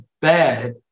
bad